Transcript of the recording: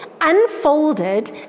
unfolded